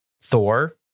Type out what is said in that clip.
Thor